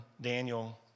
Daniel